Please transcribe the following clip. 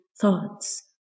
thoughts